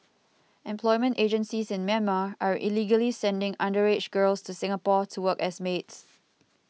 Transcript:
employment agencies in Myanmar are illegally sending underage girls to Singapore to work as maids